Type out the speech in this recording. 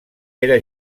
era